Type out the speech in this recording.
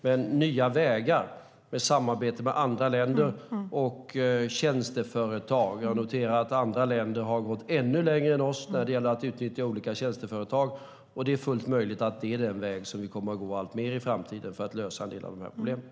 Men det handlar om nya vägar och om samarbete med andra länder och tjänsteföretag. Jag noterar att andra länder har gått ännu längre än vi när det gäller att utnyttja olika tjänsteföretag. Det är möjligt att det är den väg som vi kommer att gå alltmer i framtiden för att lösa en del av de här problemen.